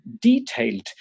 detailed